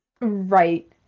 Right